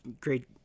great